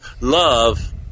love